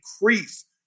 increased